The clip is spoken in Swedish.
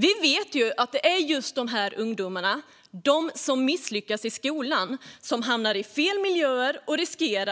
Vi vet ju att det är just de ungdomar som misslyckas i skolan som riskerar att hamna i fel miljöer och